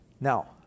Now